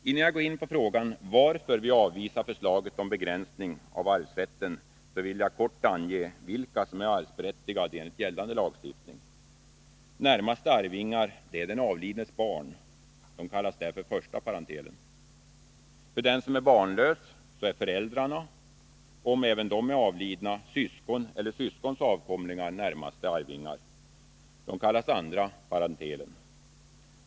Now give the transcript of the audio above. Innan jag går in på frågan om varför vi avvisar förslaget om begränsning av arvsrätten, vill jag kort ange vilka som är arvsberättigade enligt gällande lagstiftning. Närmaste arvingar är den avlidnes barn. De kallas första parentelen. För den som är barnlös är föräldrarna och, om de är avlidna, syskon eller syskons avkomlingar närmaste arvingar. De kallas andra parentelen.